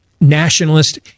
nationalist